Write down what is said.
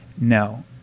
No